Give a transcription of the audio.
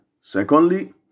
Secondly